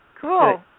Cool